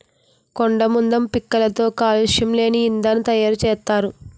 కొండాముదం పిక్కలతో కాలుష్యం లేని ఇంధనం తయారు సేత్తారు